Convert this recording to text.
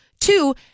Two